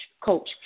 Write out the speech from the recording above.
coach